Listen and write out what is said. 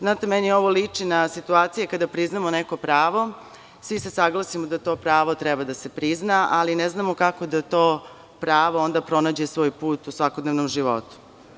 Znate, meni ovo lični na situacije kada priznamo neko pravo i svi se saglasimo da to pravo treba da se prizna, ali ne znamo kako da to pravo onda pronađe svoj put u svakodnevnom životu.